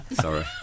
Sorry